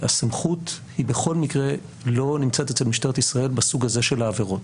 הסמכות היא בכל מקרה לא נמצאת אצל משטרת ישראל בסוג הזה של העבירות.